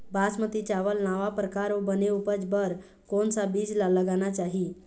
बासमती चावल नावा परकार अऊ बने उपज बर कोन सा बीज ला लगाना चाही?